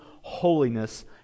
holiness